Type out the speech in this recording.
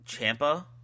champa